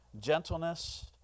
gentleness